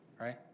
right